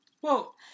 whoa